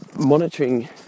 monitoring